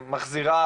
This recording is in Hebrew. מחזירה,